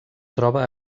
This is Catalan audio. troba